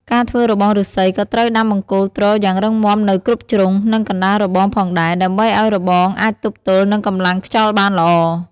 ការធ្វើរបងឬស្សីក៏ត្រូវដាំបង្គោលទ្រយ៉ាងរឹងមាំនៅគ្រប់ជ្រុង និងកណ្ដាលរបងផងដែរ ដើម្បីឱ្យរបងអាចទប់ទល់នឹងកម្លាំងខ្យល់បានល្អ។